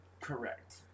Correct